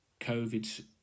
COVID